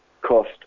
cost